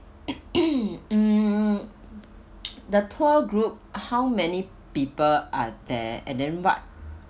mm the tour group how many people are there and then what